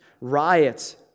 riots